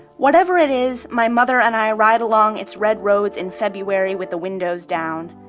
whatever it is, my mother and i ride along its red roads in february with the windows down.